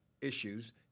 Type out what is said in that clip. issues